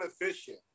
inefficient